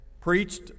preached